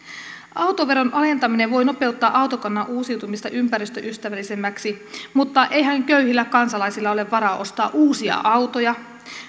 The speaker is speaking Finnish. autoveron alentaminen voi nopeuttaa autokannan uusiutumista ympäristöystävällisemmäksi mutta eihän köyhillä kansalaisilla ole varaa ostaa uusia autoja